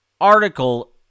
article